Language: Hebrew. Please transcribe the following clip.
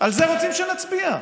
על זה רוצים שנצביע.